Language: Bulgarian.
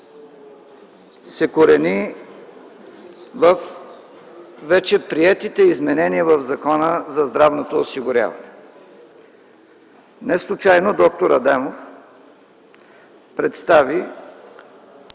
се корени във вече приетите изменения в Закона за здравното осигуряване. Неслучайно д-р Адемов представи